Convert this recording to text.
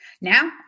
now